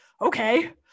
okay